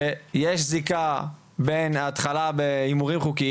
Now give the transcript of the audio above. שיש זיקה בין ההתחלה בהימורים חוקיים,